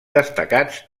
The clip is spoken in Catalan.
destacats